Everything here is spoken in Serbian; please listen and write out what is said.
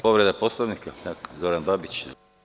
Povreda Poslovnika, Zoran Babić.